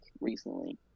recently